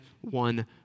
one